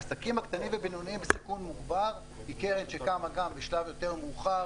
עסקים קטנים ובינוניים בסיכון מוגבר היא קרן שקמה גם בשלב יותר מאוחר.